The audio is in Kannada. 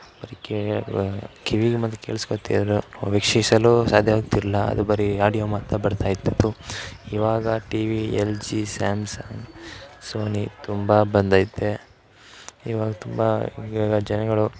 ಬರಿ ಕೇ ವ ಕಿವಿಗೆ ಮತ್ತು ಕೇಳಿಸ್ಕೊಳ್ತಿದ್ರು ವೀಕ್ಷಿಸಲೂ ಸಾಧ್ಯವಾಗ್ತಿರಲ್ಲ ಅದು ಬರೀ ಆಡಿಯೋ ಮಾತ್ರ ಬರ್ತಾಯಿರ್ತಿತ್ತು ಇವಾಗ TV L G Samsung Sony ತುಂಬ ಬಂದೈತೆ ಇವಾಗ ತುಂಬ ಇವಾಗ ಜನಗಳು